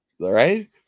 right